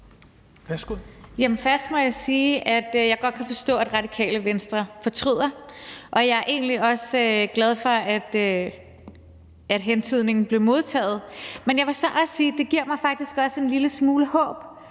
Først må man sige, at jeg godt kan forstå, at Radikale Venstre fortryder, og jeg er egentlig også glad for, at hentydningen blev modtaget. Men jeg vil så også sige, at det faktisk giver mig en lille smule håb,